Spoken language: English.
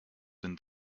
been